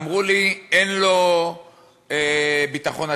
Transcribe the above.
אמרו לי: אין לו ביטחון עצמי.